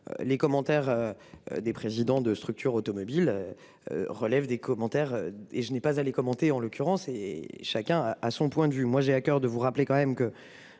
Les commentaires. Des présidents de structures automobile. Relève des commentaires et je n'ai pas à les commenter en l'occurrence et chacun a son point de vue moi j'ai à coeur de vous rappeler quand même que.